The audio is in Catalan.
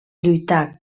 lluità